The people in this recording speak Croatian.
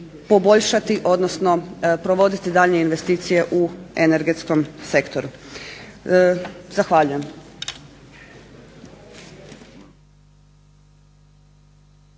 odnosno provoditi daljnje investicije u energetskom sektoru. Zahvaljujem.